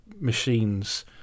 machines